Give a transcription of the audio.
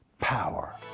power